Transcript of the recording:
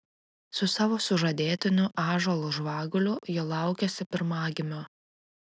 su savo sužadėtiniu ąžuolu žvaguliu ji laukiasi pirmagimio